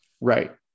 Right